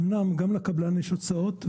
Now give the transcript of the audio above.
גם לקבלן יש הוצאות.